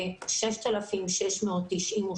ו-6,693,